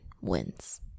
wins